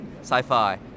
sci-fi